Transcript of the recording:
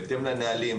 בהתאם לנהלים,